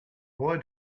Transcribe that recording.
boy